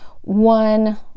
one